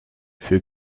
für